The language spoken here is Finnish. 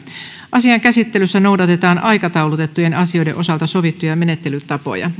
asian käsittelyssä noudatetaan aikataulutettujen asioiden osalta sovittuja menettelytapoja